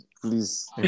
please